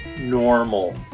normal